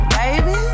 baby